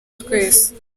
twese